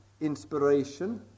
inspiration